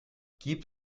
gibt